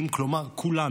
כלומר כולנו.